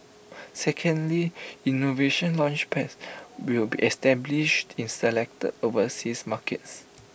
secondly innovation Launchpads will be established in selected overseas markets